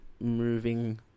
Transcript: moving